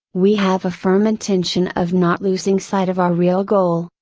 we have a firm intention of not losing sight of our real goal,